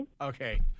Okay